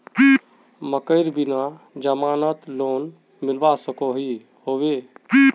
मकईर बिना जमानत लोन मिलवा सकोहो होबे?